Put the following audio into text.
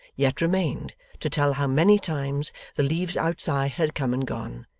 yet remained to tell how many times the leaves outside had come and gone,